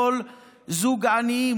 כל זוג עניים,